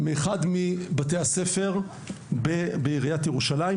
מאחד מבתי הספר הרשמיים במזרח ירושלים,